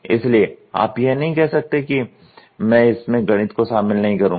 इसलिए आप यह नहीं कह सकते हैं कि मैं इसमें गणित को शामिल नहीं करूंगा